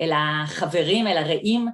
אל החברים, אל הרעים.